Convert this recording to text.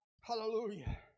Hallelujah